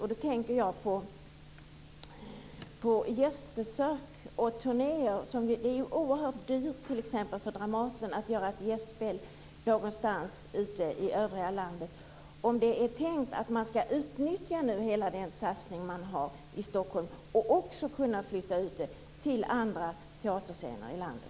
Jag tänker på gästbesök och turnéer. Det är ju oerhört dyrt, t.ex. för Dramaten, att göra ett gästspel någonstans ute i landet. Är det tänkt att man nu skall utnyttja hela satsningen i Stockholm och också flytta ut föreställningar till andra teaterscener i landet?